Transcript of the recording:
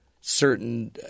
certain